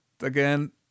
again